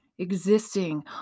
Existing